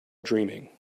dreaming